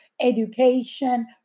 education